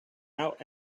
out